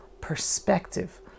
perspective